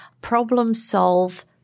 problem-solve